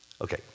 Okay